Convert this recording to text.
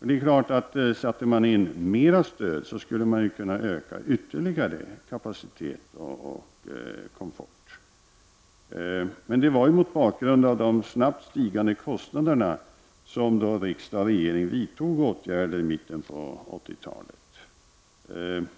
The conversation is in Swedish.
Det är klart att öm man satte in mera stöd, skulle man ytterligare kunna öka kapacitet och komfort. Det var ju mot bakgrund av de snabbt stigande kostnaderna som riksdag och regering vidtog åtgärder i mitten av 80-talet.